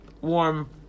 warm